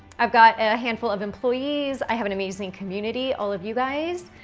i've got a handful of employees. i have an amazing community, all of you guys.